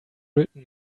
written